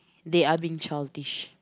they are being childish